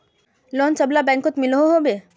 Loan सबला बैंकोत मिलोहो होबे?